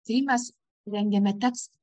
seimas rengiame teks